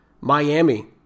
Miami